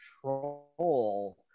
control